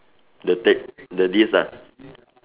the tape the disc ah